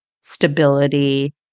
stability